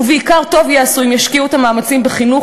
ובעיקר טוב יעשו אם ישקיעו את המאמצים בחינוך